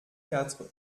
quatre